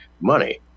money